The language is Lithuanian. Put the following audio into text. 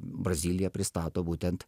brazilija pristato būtent